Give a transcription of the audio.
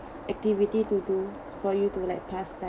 activity to do for you to like pass time